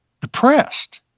depressed